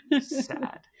sad